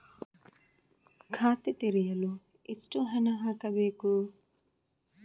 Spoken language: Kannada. ಖಾತೆ ತೆರೆಯಲು ಎಷ್ಟು ಹಣ ಹಾಕಬೇಕು?